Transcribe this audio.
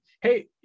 Hey